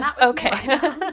Okay